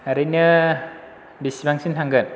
ओरैनो बिसिबांसिम थांगोन